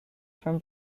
from